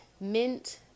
Mint